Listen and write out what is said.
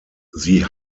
sie